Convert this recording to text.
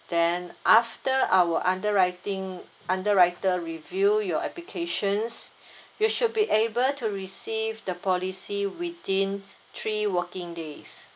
then after our underwriting underwriter review your applications you should be able to receive the policy within three working days